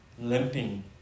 limping